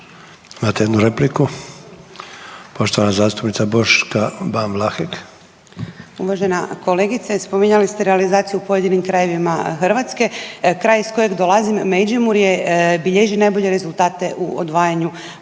Imate jednu repliku. Poštovana zastupnica Boška Ban Vlahek. **Ban, Boška (SDP)** Poštovana kolegice spominjali ste realizaciju u pojedinim krajevima Hrvatske. Kraj iz kojeg dolazim Međimurje bilježi najbolje rezultate u odvajanju otpada